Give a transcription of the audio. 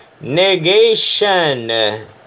Negation